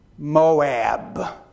Moab